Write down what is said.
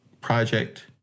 project